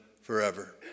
forever